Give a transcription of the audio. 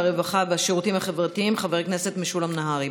הרווחה והשירותים החברתיים חבר הכנסת משולם נהרי,